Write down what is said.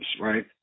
right